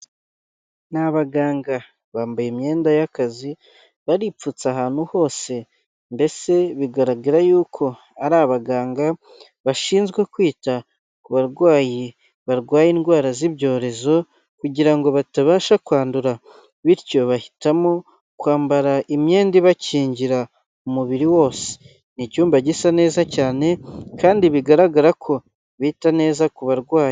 Ni abaganga; bambaye imyenda y'akazi baripfutse ahantu hose, mbese bigaragara yuko ari abaganga bashinzwe kwita ku barwayi barwaye indwara z'ibyorezo, kugira ngo batabasha kwandura. Bityo bahitamo kwambara imyenda ibakingira umubiri wose. Ni icyumba gisa neza cyane, kandi bigaragara ko bita neza ku barwayi.